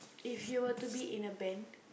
if you were to be in a band